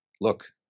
look